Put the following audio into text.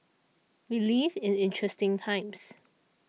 we live in interesting times